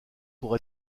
pour